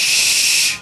ששש.